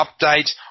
update